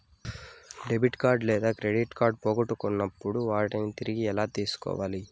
debit లేదా credit కార్డులు పోగొట్టుకున్నప్పుడు వాటిని తిరిగి ఎలా తీసుకోవాలి